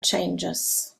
changes